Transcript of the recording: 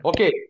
Okay